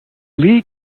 lee